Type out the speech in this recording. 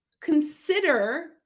consider